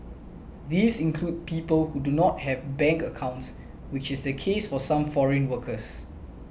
these include people who do not have bank accounts which is the case for some foreign workers